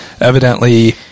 Evidently